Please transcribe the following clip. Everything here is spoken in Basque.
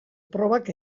probak